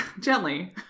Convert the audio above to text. gently